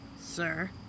sir